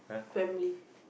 family